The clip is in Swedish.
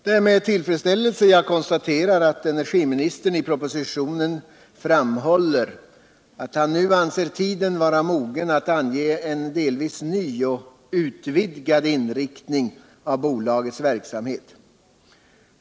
Det är med tillfredsställelse jag konstaterar att energiministern i propositionen framhåller att han nu anser tiden vara mogen att ange en delvis ny och utvidgad inriktning av bolagets verksamhet.